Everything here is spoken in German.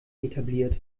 etabliert